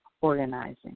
organizing